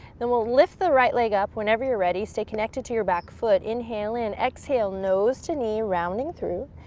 then we'll lift the right leg up whenever you're ready. stay connected to your back foot. inhale in. exhale, nose to knee, rounding through,